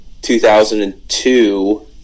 2002